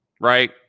Right